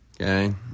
Okay